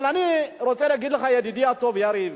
אבל אני רוצה להגיד לך, ידידי הטוב יריב,